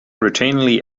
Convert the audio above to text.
routinely